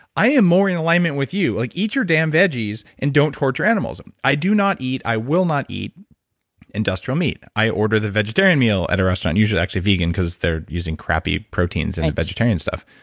i am more in alignment with you like eat your damn veggies and don't torture animals. i do not eat, i will not eat industrial meat. i order the vegetarian meal at a restaurant. usually actually vegan because they're using crappy proteins in the vegetarian stuff,